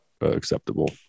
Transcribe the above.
acceptable